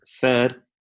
Third